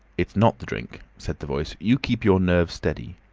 it's not the drink, said the voice. you keep your nerves steady.